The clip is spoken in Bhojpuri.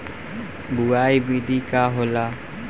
बुआई विधि का होला?